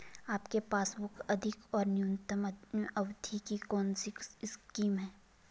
आपके पासबुक अधिक और न्यूनतम अवधि की कौनसी स्कीम है?